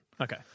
Okay